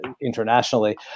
internationally